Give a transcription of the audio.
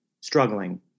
struggling